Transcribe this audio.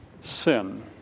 sin